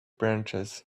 branches